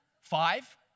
Five